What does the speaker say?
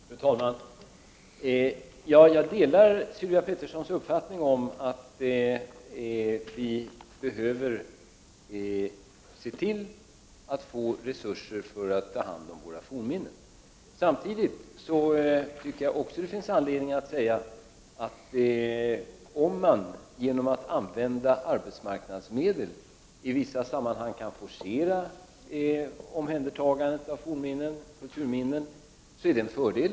Fru talman! Jag delar Sylvia Petterssons uppfattning om att vi behöver se till att få resurser för att kunna ta hand om våra fornminnen. Samtidigt tycker jag att det finns anledning att säga att om man genom att använda arbetsmarknadsmedel i vissa sammanhang kan forcera omhändertagandet av fornminnen och kulturminnen är det en fördel.